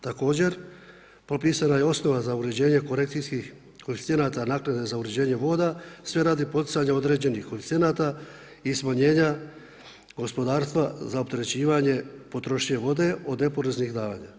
Također, propisana je osnova za uređenje korekcijskih koeficijenata, naknada za uređenje voda, sve radi poticanje određenih koeficijenata i smanjenja gospodarstva za opterećivanja potrošnje vode od neporeznih davanja.